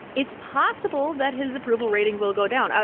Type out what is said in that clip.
it's possible that his approval rating will go down. ah